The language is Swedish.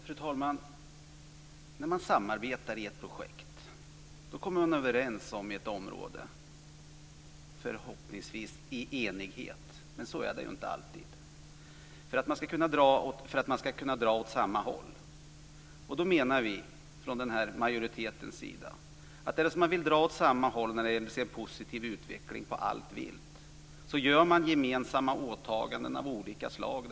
Fru talman! När man samarbetar i ett projekt kommer man överens om ett område, förhoppningsvis men inte alltid i enighet, där man kan dra åt samma håll. Vi menar från majoritetens sida att därest man vill dra åt samma håll för att få en positiv utveckling av allt vilt, gör man gemensamma åtaganden av olika slag.